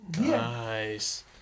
nice